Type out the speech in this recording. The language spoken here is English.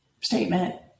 statement